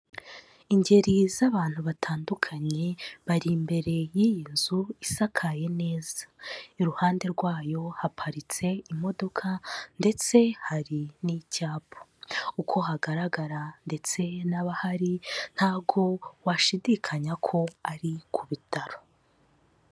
Ingeri z'abantu batandukanye, bari imbere y'iyi nzu isakaye neza, iruhande rwayo haparitse imodoka ndetse hari n'icyapa, uko hagaragara ndetse n'abahari ntago washidikanya ko ari ku bitaro.